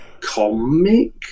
comic